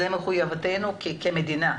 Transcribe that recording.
זו מחויבותנו כמדינה,